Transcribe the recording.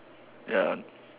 ya